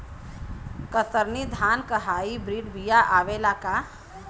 कतरनी धान क hybrid बिया आवेला का?